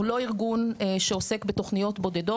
אנחנו לא ארגון שעוסק בתוכניות בודדות.